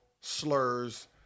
slurs